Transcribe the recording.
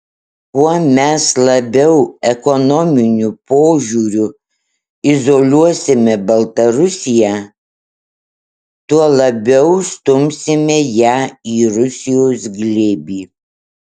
kuo mes labiau ekonominiu požiūriu izoliuosime baltarusiją tuo labiau stumsime ją į rusijos glėbį